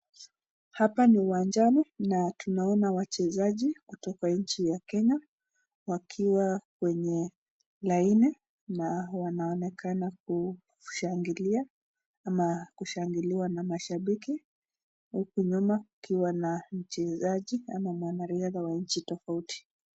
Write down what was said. Hapa ninuwanjani na tunaona wachezaji kutoka nkatika nchi ya Kenya, wakiwa kwenye laini na wanaonekana kushangiliwa na mashabiki huku nyuma kukiwa na mchezaji ama mwanariadha wa nchi tofauti.